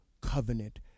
covenant